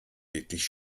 wirklich